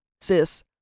sis